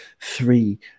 three